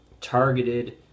targeted